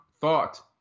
Thought